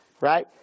right